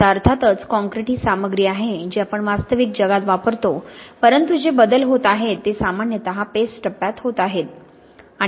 आता अर्थातच कॉंक्रिट ही सामग्री आहे जी आपण वास्तविक जगात वापरतो परंतु जे बदल होत आहेत ते सामान्यतः पेस्ट टप्प्यात होत आहेत